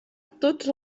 tots